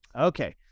Okay